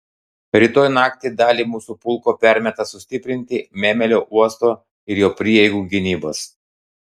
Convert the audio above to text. rytoj naktį dalį mūsų pulko permeta sustiprinti mėmelio uosto ir jo prieigų gynybos